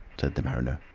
said the mariner.